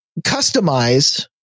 customize